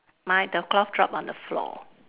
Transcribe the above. mine the cloth drop on the floor